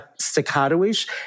staccato-ish